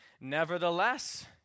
Nevertheless